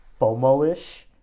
FOMO-ish